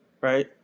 right